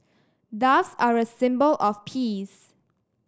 doves are a symbol of peace